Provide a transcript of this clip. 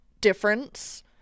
difference